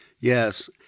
yes